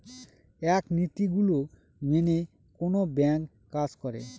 এক নীতি গুলো মেনে কোনো ব্যাঙ্ক কাজ করে